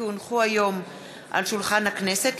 כי הונחו היום על שולחן הכנסת,